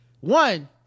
One